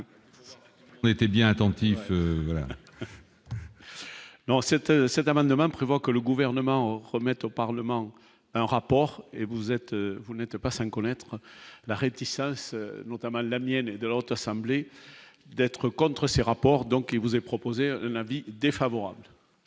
On était bien attentif. Alors c'était cet amendement prévoit que le gouvernement remette au Parlement un rapport et vous êtes-vous n'était pas sain, connaître la réticence notamment la mienne et de la haute assemblée, d'être contre ces rapports donc il vous est proposé un avis défavorable.